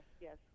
yes